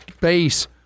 base